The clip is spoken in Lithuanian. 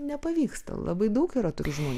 nepavyksta labai daug yra tų žmonių